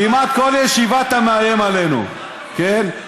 כמעט כל ישיבה אתה מאיים עלינו, כן?